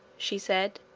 she said,